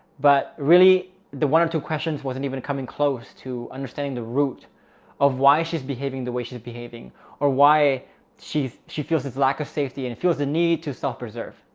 but really the one or two questions wasn't even coming close to understanding the root of why she's behaving the way she's behaving or why she's, she feels his lack of safety and it feels the need to self preserve.